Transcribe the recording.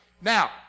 Now